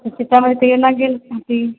तऽ सीतामढ़ी